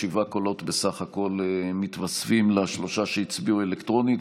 שבעה קולות בסך הכול מתווספים לשלושה שהצביעו אלקטרונית.